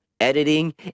editing